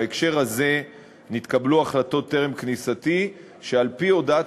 בהקשר הזה נתקבלו החלטות טרם כניסתי שעל-פי הודעת